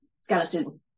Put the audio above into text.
skeleton